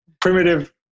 Primitive